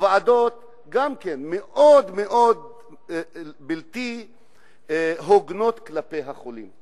הוועדות הן גם כן מאוד מאוד בלתי הוגנות כלפי החולים.